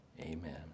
Amen